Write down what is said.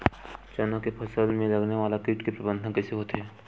चना के फसल में लगने वाला कीट के प्रबंधन कइसे होथे?